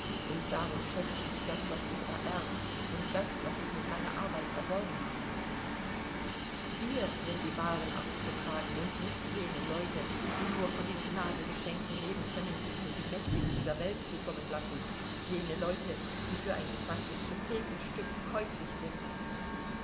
und darum schätze ich das was ich ererbt und das was ich mit meiner arbeit erworben habe wir sind die wahren aristokraten und nicht jene leute die nur von den gnadengeschenken leben können die ihnen die mächtigen dieser welt zukommen lassen jene leute die für ein zwanzigkopekenstück käuflich sind